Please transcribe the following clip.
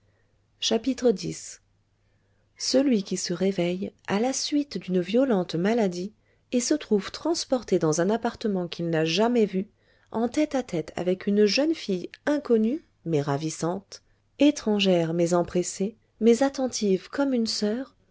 x celui qui se réveille à la suite d'une violente maladie et se trouve transporté dans un appartement qu'il n'a jamais vu en tête-à-tête avec une jeune fille inconnue mais ravissante étrangère mais empressée mais attentive comme une soeur